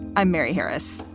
i'm mary harris.